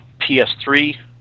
PS3